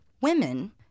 women